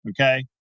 Okay